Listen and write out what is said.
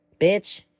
Bitch